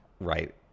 Right